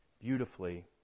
beautifully